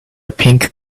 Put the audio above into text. pink